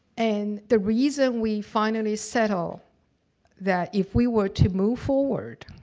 and, the reason we finally settle that if we were to move forward